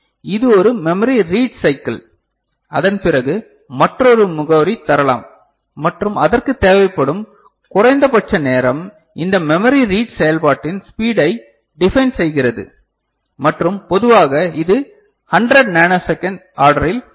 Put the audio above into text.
இது ஒரு memory read cycle அதன் பிறகு மற்றொரு முகவரி தரலாம் மற்றும் அதற்கு தேவைப்படும் குறைந்தபட்ச நேரம் இந்த மெமரி ரீட் செயல்பாட்டின் ஸ்பீடை டிபைன் செய்கிறது மற்றும் பொதுவாக இது 100 நானோ செகண்ட் ஆர்டரில் இருக்கும்